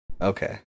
Okay